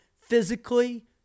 physically